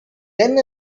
then